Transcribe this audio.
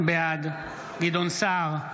בעד גדעון סער,